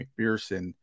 McPherson